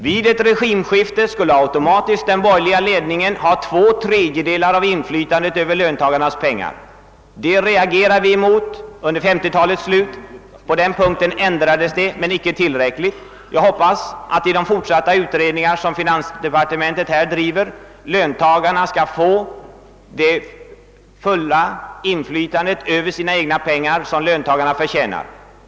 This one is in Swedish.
Vid ett regimskifte skulle den borgerliga sidan automatiskt få två tredjedelar av inflytandet över de anställdas pengar. Detta reagerade vi emot vid 1950-talets slut, och ändringar vidtogs vilka dock inte gick tillräckligt långt. Jag hoppas att löntagarna i och med de utredningar som finansdepartementet i fortsättningen genomför skall få det fulla inflytande över sina egna pengar, som de förtjänat.